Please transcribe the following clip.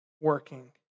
working